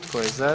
Tko je za?